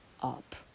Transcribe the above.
up